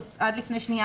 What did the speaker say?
מעייני ישועה,